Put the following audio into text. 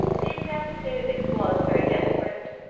the attempt to do this was very desperate,